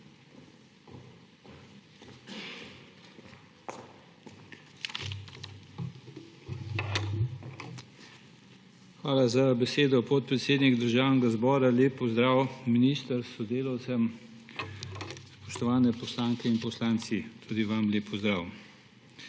Hvala za besedo, podpredsednik Državnega zbora. Lep pozdrav minister s sodelavcem! Spoštovani poslanke in poslanci, tudi vam lep pozdrav!